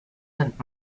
sind